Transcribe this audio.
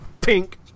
Pink